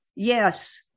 Yes